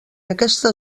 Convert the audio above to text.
aquesta